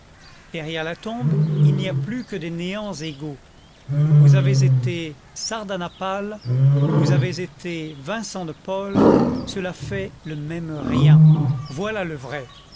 derrière la tombe il n'y a plus que des néants égaux vous avez été sardanapale vous avez été vincent de paul cela fait le même rien voilà le vrai